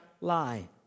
lie